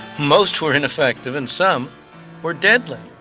most were ineffective and some were deadly.